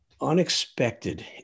unexpected